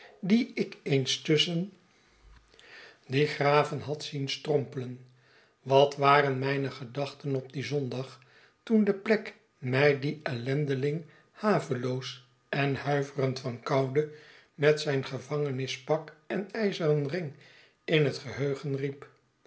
dien ik eens tusschen die gboote verwactttlngen graven had zien strompelen wat waren mijne gedachten op dien zondag toen de plek mij dien ellendeling haveloos en huiverend van koude met zijn gevangenispak en ijzeren ring in het geheugen riep